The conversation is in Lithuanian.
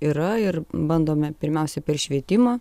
yra ir bandome pirmiausia per švietimą